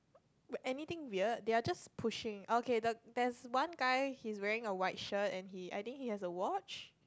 anything weird they are just pushing okay the~ there's one guy he's wearing a white shirt and he I think he has a watch